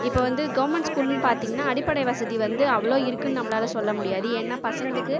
இப்போ வந்து கவர்மென்ட் ஸ்கூல்னு பார்த்திங்கன்னா அடிப்படை வசதி வந்து அவ்வளோ இருக்குதுன்னு நம்மளால் சொல்ல முடியாது ஏன்னா பசங்களுக்கு